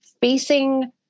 facing